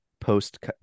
post